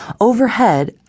Overhead